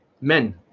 Men